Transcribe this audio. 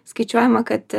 skaičiuojama kad